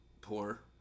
Poor